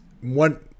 one